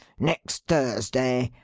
next thursday.